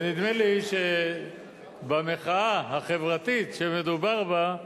ונדמה לי שבמחאה החברתית שמדובר בה,